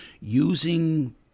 Using